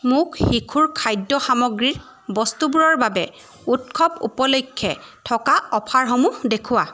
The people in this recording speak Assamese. মোক শিশুৰ খাদ্য সামগ্ৰীৰ বস্তুবোৰৰ বাবে উৎসৱ উপলক্ষে থকা অফাৰসমূহ দেখুওৱা